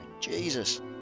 Jesus